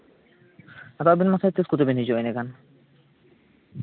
ᱟᱫᱚ ᱟᱹᱵᱤᱱ ᱢᱟᱥᱮ ᱛᱤᱸᱥ ᱠᱚᱛᱮ ᱵᱮᱱ ᱦᱤᱡᱩᱜᱼᱟ ᱮᱸᱰᱮᱠᱷᱟᱱ